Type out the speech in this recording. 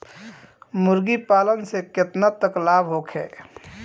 मुर्गी पालन से केतना तक लाभ होखे?